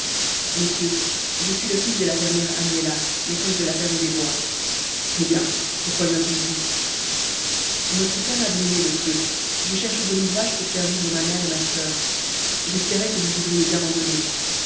monsieur je suis le fils de la fermière agnella maîtresse de la ferme des bois eh bien pourquoi viens-tu ici notre ferme a brûlé monsieur je cherche de l'ouvrage pour faire vivre ma mère et ma soeur j'espérais que vous voudriez bien m'en donner